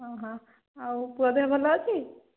ଓହୋ ଆଉ ପୁଅ ଦେହ ଭଲ ଅଛି